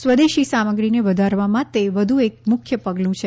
સ્વદેશી સામગ્રીને વધારવામાં તે વધુ એક મુખ્ય પગલું છે